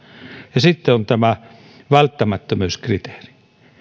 ja sitten on tämä välttämättömyyskriteeri